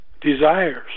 desires